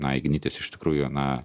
na ignitis iš tikrųjų na